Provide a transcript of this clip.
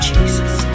Jesus